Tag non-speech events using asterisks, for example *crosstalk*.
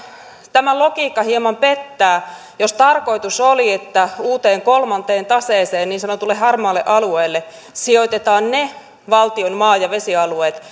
tämä logiikka hieman pettää jos tarkoitus oli että uuteen kolmanteen taseeseen niin sanotulle harmaalle alueelle sijoitetaan ne valtion maa ja vesialueet *unintelligible*